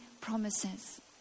promises